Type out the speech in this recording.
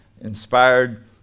inspired